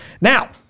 Now